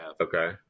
Okay